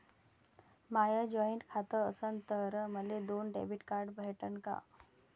माय joint खातं असन तर मले दोन डेबिट कार्ड भेटन का?